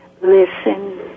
listen